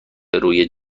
روی